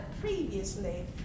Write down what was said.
previously